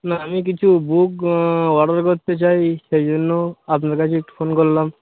না আমি কিছু বুক অর্ডার করতে চাই সেই জন্য আপনার কাছে একটু ফোন করলাম